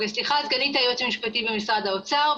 סגנית היועץ המשפטי במשרד האוצר,